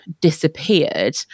disappeared